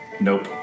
nope